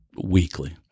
weekly